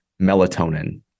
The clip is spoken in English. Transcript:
melatonin